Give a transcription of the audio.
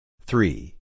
three